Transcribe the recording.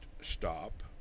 stop